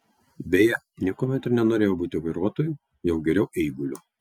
beje niekuomet ir nenorėjau būti vairuotoju jau geriau eiguliu